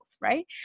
right